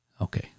Okay